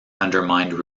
undermined